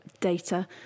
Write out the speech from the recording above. data